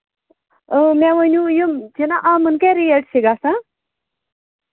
مےٚ ؤنِو یِم چھِناہ یِمن کیٛاہ ریٹ چھِ گژھان